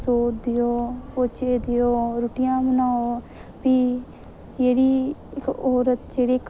सोत देओ पोचे देओ रुट्टियां बनाओ प्ही जेह्ड़ी इक्क औरत जेह्ड़ी